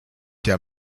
der